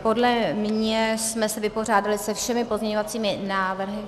Podle mě jsme se vypořádali se všemi pozměňovacími návrhy.